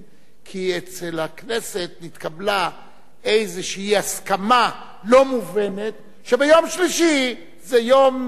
כי אצל הכנסת התקבלה איזושהי הסכמה לא מובנת שיום שלישי הוא יום בחירה.